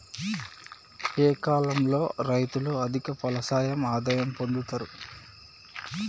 ఏ కాలం లో రైతులు అధిక ఫలసాయం ఆదాయం పొందుతరు?